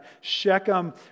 Shechem